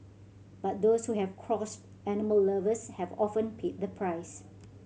but those who have crossed animal lovers have often paid the price